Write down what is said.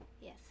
Yes